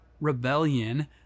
rebellion